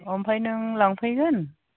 ओमफ्राय नों लांफैगोन